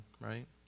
right